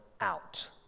out